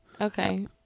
Okay